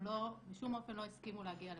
הם בשום אופן לא הסכימו להגיע לפה.